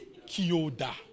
kyoda